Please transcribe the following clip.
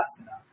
enough